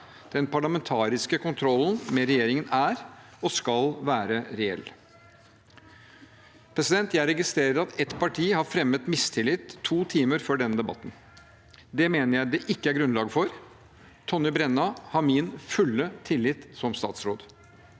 Den parlamentariske kontrollen med regjeringen er og skal være reell. Jeg registrerer at ett parti har fremmet mistillit to timer før denne debatten. Det mener jeg det ikke er grunnlag for. Tonje Brenna har min fulle tillit som statsråd.